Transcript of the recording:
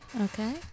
Okay